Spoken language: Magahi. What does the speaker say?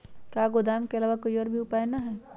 का गोदाम के आलावा कोई और उपाय न ह?